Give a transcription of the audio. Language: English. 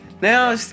Now